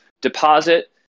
deposit